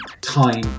time